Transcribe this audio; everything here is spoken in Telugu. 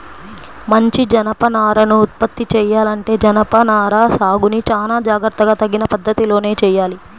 మంచి జనపనారను ఉత్పత్తి చెయ్యాలంటే జనపనార సాగును చానా జాగర్తగా తగిన పద్ధతిలోనే చెయ్యాలి